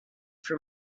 for